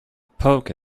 poke